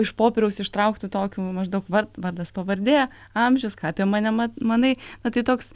iš popieriaus ištrauktu tokiu va maždaug va vardas pavardė amžius ką apie mane manai na tai toks